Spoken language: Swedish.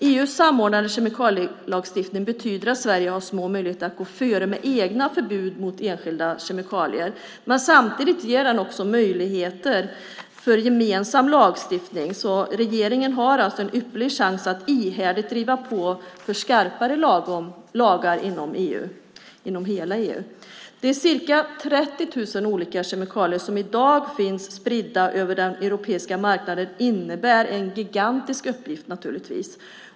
EU:s samordnade kemikalielagstiftning betyder att Sverige har små möjligheter att gå före med egna förbud mot enskilda kemikalier. Men samtidigt ger den också möjligheter till en gemensam lagstiftning, så regeringen har en ypperlig chans att ihärdigt driva på för skarpare lagar inom hela EU. De ca 30 000 olika kemikalier som i dag finns spridda på den europeiska marknaden innebär naturligtvis en gigantisk uppgift.